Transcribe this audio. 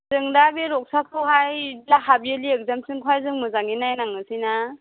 जों दा बे रफसाखौहाय दा हाल्फ इयारलि एक्जामसिमहाय जों मोजाङै नायनांनोसै ना